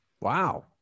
Wow